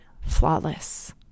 flawless